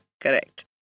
Correct